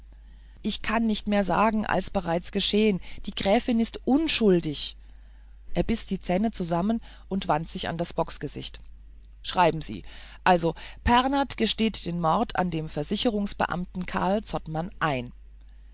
ich kann nicht mehr sagen als bereits geschehen ist die gräfin ist unschuldig er biß die zähne zusammen und wandte sich an das bocksgesicht schreiben sie also pernath gesteht den mord an dem versicherungsbeamten karl zottmann ein